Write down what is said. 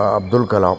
Abdul Kalam